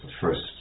first